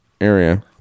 area